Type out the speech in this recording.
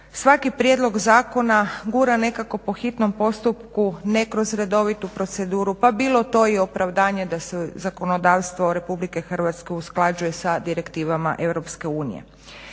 svaki prijedlog zakona gura nekako po hitnom postupku ne kroz redovitu proceduru pa bilo to i opravdanje da se zakonodavstvo RH usklađuje sa direktivama EU.